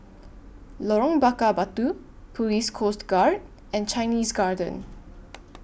Lorong Bakar Batu Police Coast Guard and Chinese Garden